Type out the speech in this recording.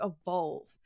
evolve